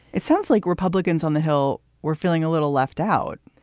it sounds like republicans on the hill were feeling a little left out.